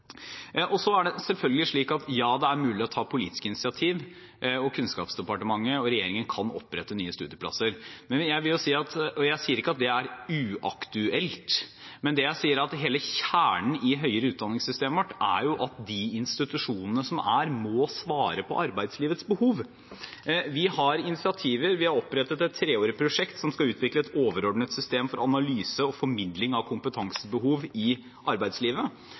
Så er det selvfølgelig slik at, ja, det er mulig å ta politiske initiativ, og Kunnskapsdepartementet og regjeringen kan opprette nye studieplasser. Jeg sier ikke at det er uaktuelt, men hele kjernen i det høyere utdanningssystemet vårt er at de institusjonene som er, må svare på arbeidslivets behov. Vi har tatt initiativer. Vi har opprettet et treårig prosjekt som skal utvikle et overordnet system for analyse og formidling av kompetansebehov i arbeidslivet.